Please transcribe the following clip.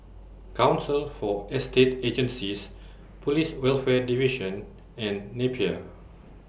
Council For Estate Agencies Police Welfare Division and Napier